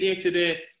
today